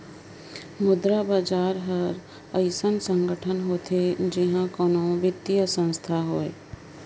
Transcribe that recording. मुद्रा बजार हर अइसन संगठन होथे जिहां कोनो बित्तीय संस्थान होए